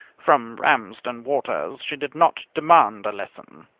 from ramsden waters she did not demand a lesson.